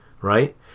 right